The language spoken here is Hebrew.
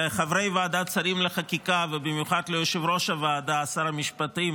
לחברי ועדת שרים לחקיקה ובמיוחד ליושב-ראש הוועדה שר המשפטים